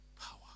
Power